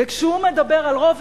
וכשהוא מדבר על רוב,